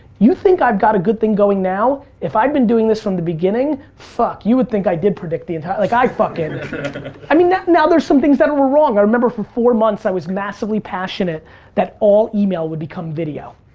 you think i've got a good thing going now, if i'd been doing this from the beginning, fuck, you would think i did predict the entire. like i fuckin'. and i mean, now there's some things that were wrong. i remember for four months, i was massively passionate that all email would become video.